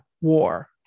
war